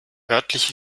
örtliche